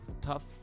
Tough